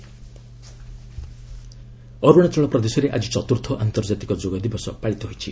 Arunachal yoga day Arunachal ପ୍ରଦେଶରେ ଆଜି ଚତୁର୍ଥ ଆନ୍ତର୍ଜାତିକ ଯୋଗ ଦିବସ ପାଳିତ ହୋଇଛି